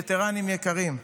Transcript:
וטרנים יקרים,